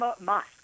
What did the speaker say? mosque